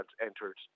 entered